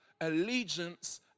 allegiance